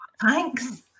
thanks